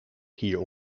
kier